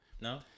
No